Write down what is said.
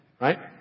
right